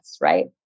right